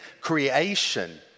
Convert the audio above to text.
creation